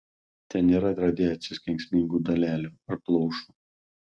ten nėra radiacijos kenksmingų dalelių ar plaušų